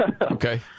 Okay